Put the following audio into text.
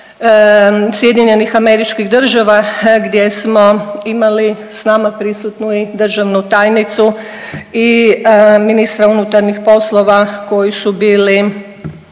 od vlade SAD-a gdje smo imali s nama prisutnu i državnu tajnicu i ministra unutarnjih poslova koji su bili